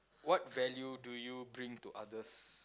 what value do you bring to others